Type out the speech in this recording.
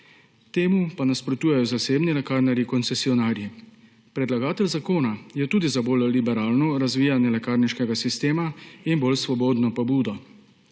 Temu pa nasprotujejo zasebni lekarnarji koncesionarji. Predlagatelj zakona je tudi za bolj liberalno razvijanje lekarniškega sistema in bolj svobodno pobudo.